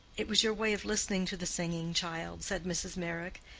it was your way of listening to the singing, child, said mrs. meyrick.